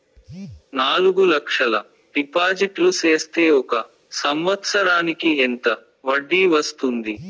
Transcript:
నాలుగు లక్షల డిపాజిట్లు సేస్తే ఒక సంవత్సరానికి ఎంత వడ్డీ వస్తుంది?